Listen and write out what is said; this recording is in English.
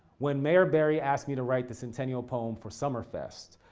when mayor berry asked me to write the centennial poem for summerfest,